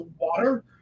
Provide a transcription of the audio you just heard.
water